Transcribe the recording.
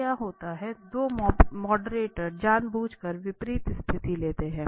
तो क्या होता है दो मॉडरेटर जानबूझकर विपरीत स्थिति लेते हैं